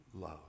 love